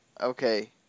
okay